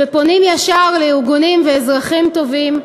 והם פונים ישר לארגונים ואזרחים טובים,